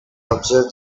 observe